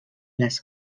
les